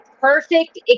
perfect